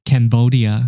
Cambodia，